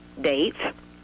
dates